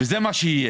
וזה מה שיהיה.